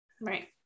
right